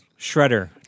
Shredder